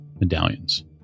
medallions